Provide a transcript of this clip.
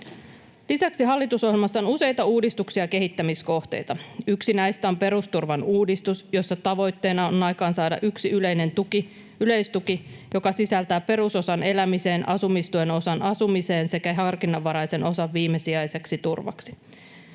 Lisäksi hallitusohjelmassa on useita uudistuksia ja kehittämiskohteita. Yksi näistä on perusturvan uudistus, jossa tavoitteena on aikaansaada yksi yleinen tuki, yleistuki, joka sisältää perusosan elämiseen, asumistuen osan asumiseen sekä harkinnanvaraisen osan viimesijaiseksi turvaksi.